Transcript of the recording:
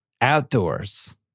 outdoors